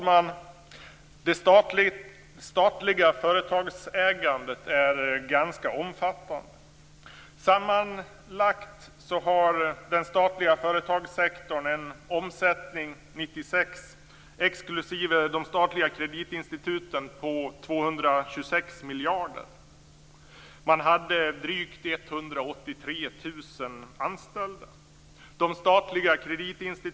Fru talman! Det statliga företagsägandet är ganska omfattande. Sammanlagt hade den statliga företagssektorn 1996 exklusive de statliga kreditinstituten en omsättning om 226 miljarder kronor.